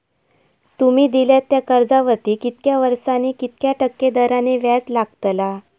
तुमि दिल्यात त्या कर्जावरती कितक्या वर्सानी कितक्या टक्के दराने व्याज लागतला?